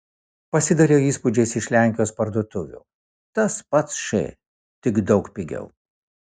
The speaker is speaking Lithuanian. pasidalijo įspūdžiais iš lenkijos parduotuvių tas pats š tik daug pigiau